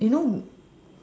you know